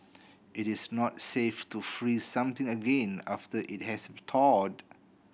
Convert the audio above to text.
it is not safe to freeze something again after it has thawed